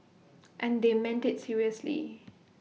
and they meant IT seriously